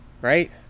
right